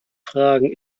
fragen